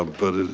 ah but